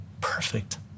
perfect